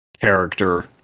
character